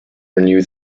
renew